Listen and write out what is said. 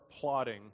plotting